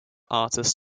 artists